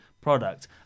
product